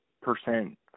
percent